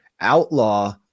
outlaw